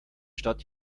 stadt